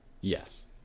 Yes